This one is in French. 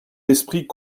d’esprit